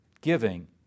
giving